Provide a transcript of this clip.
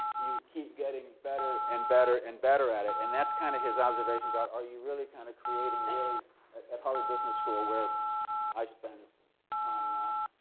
you keep getting better and better and better at it, and that's kind of his observation about, are you really kind of creating really at harvard business school, where i spend time now,